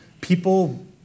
people